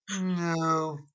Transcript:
No